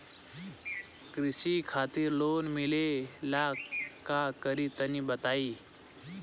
कृषि खातिर लोन मिले ला का करि तनि बताई?